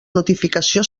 notificació